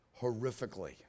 Horrifically